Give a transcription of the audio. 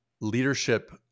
leadership